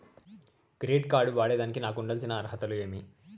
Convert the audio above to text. Credit card ను వాడేదానికి నాకు ఉండాల్సిన అర్హతలు ఏమి?